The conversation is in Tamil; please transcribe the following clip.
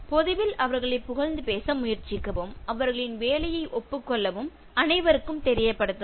பொதுவில் அவர்களைப் புகழ்ந்து பேச முயற்சிக்கவும் அவர்களின் வேலையை ஒப்புக் கொள்ளவும் அனைவருக்கும் தெரியப்படுத்தவும்